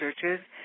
churches